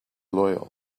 loyal